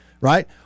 Right